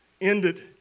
ended